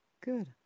Good